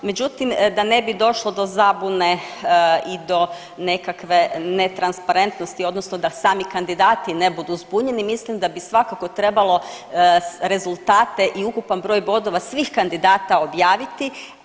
Međutim da ne bi došlo do zabune i do nekakve netransparentnosti odnosno da sami kandidati ne budu zbunjeni mislim da bi svakako trebalo rezultate i ukupan broj bodova svih kandidata objaviti.